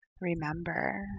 Remember